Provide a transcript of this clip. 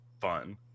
fun